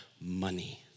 money